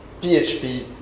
PHP